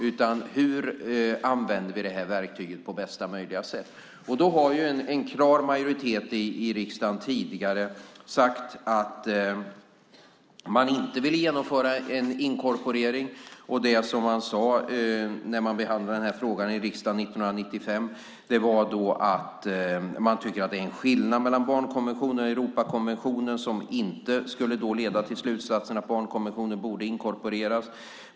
Hur använder vi då det här verktyget på bästa möjliga sätt? En klar majoritet i riksdagen har tidigare sagt att man inte vill genomföra en inkorporering, och det som man sade när man behandlade den här frågan i riksdagen 1995 var att man tycker att det är en skillnad mellan barnkonventionen och Europakonventionen som inte skulle leda till slutsatsen att barnkonventionen borde inkorporeras.